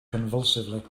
convulsively